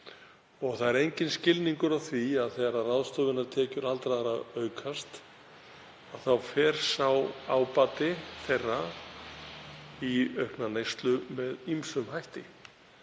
og það er enginn skilningur á því að þegar ráðstöfunartekjur aldraðra aukast þá fer sá ábati þeirra í aukna neyslu með ýmsum hætti.